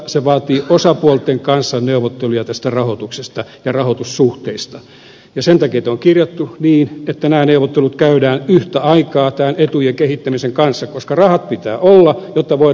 se vaatii osapuolten kanssa neuvotteluja tästä rahoituksesta ja rahoitussuhteista ja sen takia tämä on kirjattu niin että nämä neuvottelut käydään yhtä aikaa tämän etujen kehittämisen kanssa koska rahat pitää olla jotta voidaan etuja parantaa